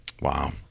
Wow